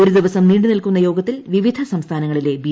ഒരു ദിവസം നീണ്ടു നിൽക്കുന്ന യോഗത്തിൽ വിവിധ സംസ്ഥാനങ്ങളിലെ ബി